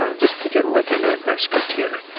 um just thinking, looking at our script here,